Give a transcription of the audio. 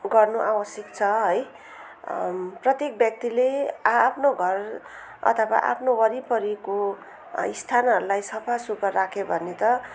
गर्नु आवश्यक छ है प्रत्येक व्यक्तिले आआफ्नो घर अथवा आफ्नो वरिपरिको स्थानहरूलाई सफासुग्घर राख्यो भने त